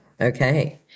Okay